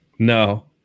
no